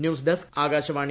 news desk Akashvani